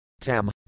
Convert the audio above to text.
Tam